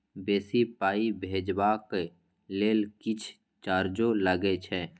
बेसी पाई भेजबाक लेल किछ चार्जो लागे छै?